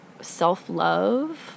self-love